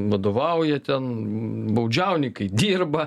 vadovauja ten baudžiauninkai dirba